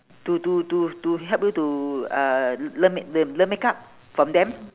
to to to to help you to uh learn make~ them learn makeup from them